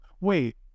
wait